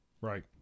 Right